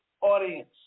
audience